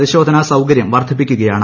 പരിശോധനാ സൌകരൃം വർദ്ധിപ്പിക്കുകയാണ്